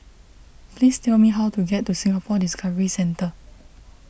please tell me how to get to Singapore Discovery Centre